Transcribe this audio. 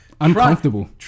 uncomfortable